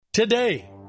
Today